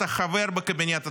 אתה חבר בקבינט,